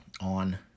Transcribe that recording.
on